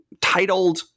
titled